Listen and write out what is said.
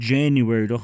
January